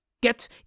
get